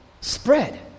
spread